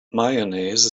mayonnaise